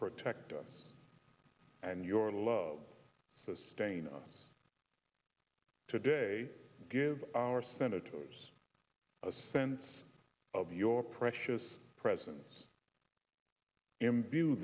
protect us and your love sustain us today give our senators a sense of your precious presence